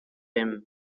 him